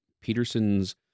Peterson's